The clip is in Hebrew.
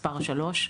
מספר 3,